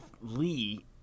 Lee